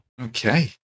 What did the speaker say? Okay